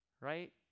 right